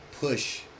push